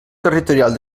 territorial